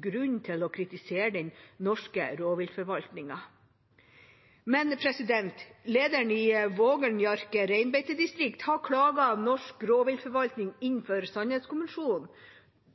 grunn til å kritisere den norske rovviltforvaltningen. Men lederen i Voengelh-Njaarke reinbeitedistrikt har klaget norsk rovviltforvaltning inn for Sannhets- og forsoningskommisjonen,